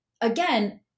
again